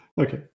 Okay